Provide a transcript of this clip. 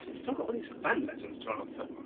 i've still got all these fan letters to answer.